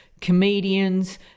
comedians